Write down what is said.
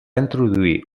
introduir